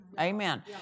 Amen